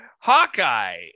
Hawkeye